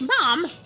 mom